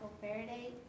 Faraday